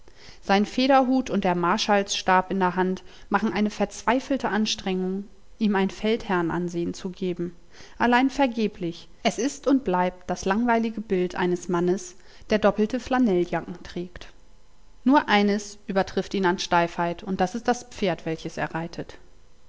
sein federhut und der marschallsstab in der hand machen eine verzweifelte anstrengung ihm ein feldherrn ansehen zu geben allein vergeblich es ist und bleibt das langweilige bild eines mannes der doppelte flanelljacken trägt nur eines übertrifft ihn an steifheit das ist das pferd welches er reitet